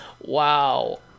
Wow